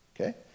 okay